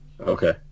Okay